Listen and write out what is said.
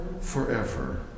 forever